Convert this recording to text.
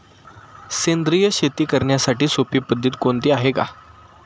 सेंद्रिय शेती करण्याची सोपी पद्धत कोणती आहे का?